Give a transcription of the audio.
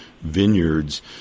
vineyards